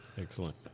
Excellent